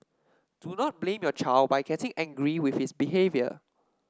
do not blame your child by getting angry with his behaviour